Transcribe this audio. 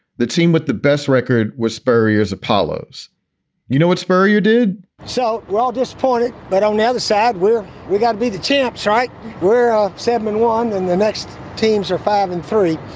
the team with the best record was spurrier's apollos you know, it's very you did so well, disappointed, but now sad where we've got to be the champs, right where ah sandeman won and the next teams are five and three.